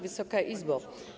Wysoka Izbo!